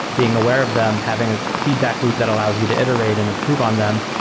being aware of them, having a feedback loop that allows you to iterate and improve on them,